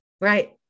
Right